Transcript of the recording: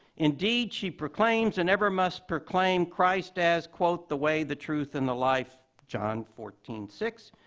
indeed, she proclaims and ever must proclaim christ as, quote, the way, the truth, and the life john fourteen six,